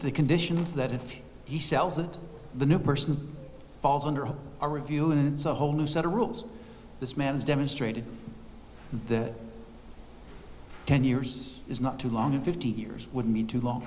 the conditions that if the cells of the new person falls under a review it's a whole new set of rules this man has demonstrated that ten years is not too long and fifty years would be too long